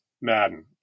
Madden